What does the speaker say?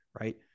right